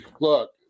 look